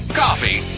coffee